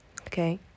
okay